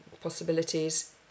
possibilities